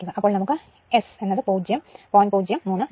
അപ്പോൾ നമുക്ക് S S0